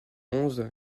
onze